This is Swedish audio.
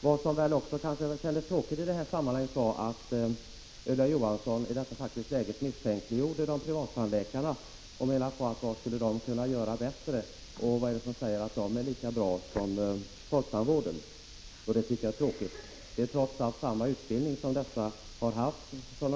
Vad som också kändes tråkigt i detta sammanhang var att Ulla Johansson misstänkliggjorde privattandläkarna och frågade sig vad de skulle kunna göra bättre än folktandvården och vad det är som säger att de är lika skickliga som tandläkarna inom folktandvården. Men de har ju trots allt samma utbildning, Ulla Johansson.